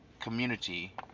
community